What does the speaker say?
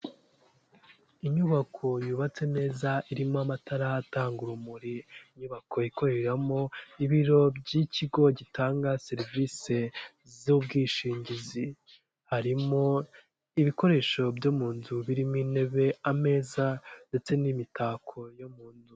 Inyubako yubatse neza irimo amatara atanga urumuri, inyubako ikoreramo ibiro by'ikigo gitanga serivisi z'ubwishingizi, harimo ibikoresho byo mu nzu birimo intebe ameza ndetse n'imitako yo mu nzu.